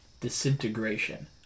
Disintegration